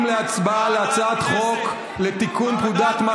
אנחנו עוברים להצבעה על הצעת חוק לתיקון פקודת מס